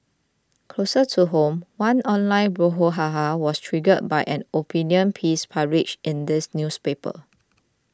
closer to home one online brouhaha was triggered by an opinion piece published in this newspaper